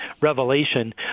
Revelation